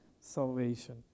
salvation